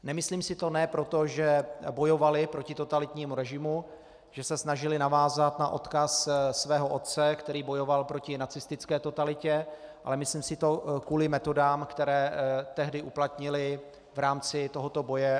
Nemyslím si to ne proto, že bojovali proti totalitnímu režimu, že se snažili navázat na odkaz svého otce, který bojoval proti nacistické totalitě, ale myslím si to kvůli metodám, které tehdy uplatnili v rámci tohoto boje.